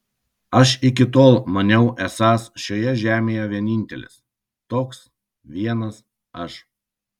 aš iki tol maniau esąs šioje žemėje vienintelis toks vienas aš